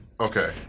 Okay